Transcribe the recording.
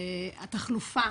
התחלופה